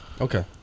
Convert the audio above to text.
Okay